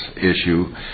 issue